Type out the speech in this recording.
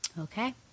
Okay